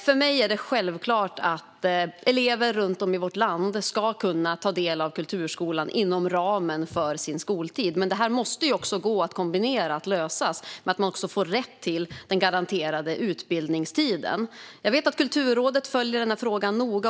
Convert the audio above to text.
För mig är det självklart att elever runt om i vårt land ska kunna ta del av kulturskolan inom ramen för sin skoltid, men det måste också gå att lösa så att man får rätt till den garanterade utbildningstiden. Jag vet att Kulturrådet följer den här frågan noga.